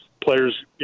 players